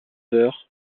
heures